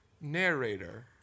narrator